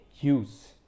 use